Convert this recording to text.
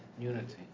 Unity